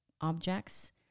objects